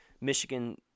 Michigan